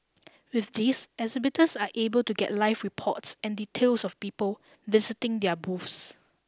with this exhibitors are able to get live reports and details of people visiting their booths